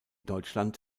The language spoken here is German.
deutschland